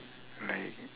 like